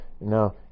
No